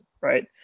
right